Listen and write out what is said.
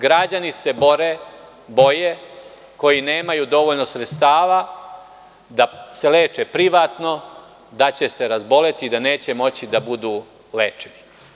Građani se boje koji nemaju dovoljno sredstava da se leče privatno da će se razboleti i da neće moći da budu lečeni.